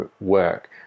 work